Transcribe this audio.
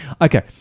okay